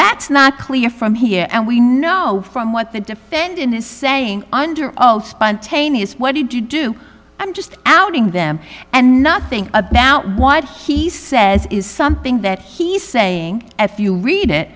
that's not clear from here and we know from what the defendant is saying under oath spontaneous what did you do i'm just outing them and nothing about what he says is something that he's saying as you read it